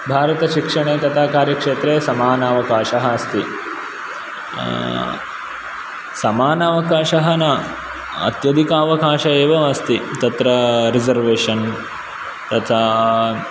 भारतशिक्षणे तथा कार्यक्षेत्रे समानावकाशः अस्ति समानावकाशः न अत्यधिक अवकाश एव अस्ति तत्र रिसर्वेषन् तथा